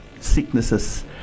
sicknesses